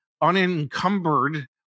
unencumbered